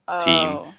team